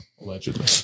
Allegedly